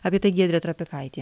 apie tai giedrė trapikaitė